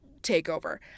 TakeOver